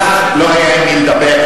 אז לא היה עם מי לדבר.